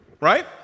right